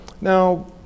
Now